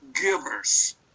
givers